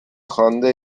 خوانده